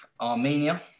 Armenia